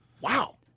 Wow